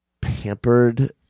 pampered